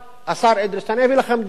השר אדלשטיין, אביא לכם דוגמה אחת.